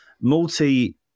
Multi